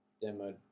demo